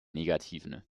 negativen